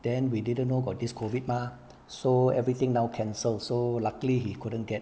then we didn't know got this COVID mah so everything now cancelled so luckily he couldn't get